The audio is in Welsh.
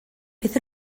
beth